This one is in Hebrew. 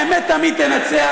האמת תמיד תנצח.